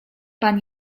pan